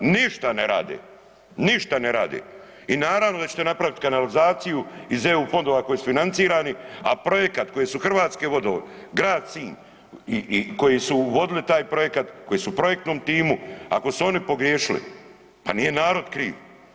Ništa ne rade, ništa ne rade i naravno da ćete napraviti kanalizaciju iz EU fondova koji su isfinancirani, a projekat koji su Hrvatske vode, Grad Sinj i koji su uvodili taj projekat, koji su u projektnom timu ako su oni pogriješili pa nije narod kriv.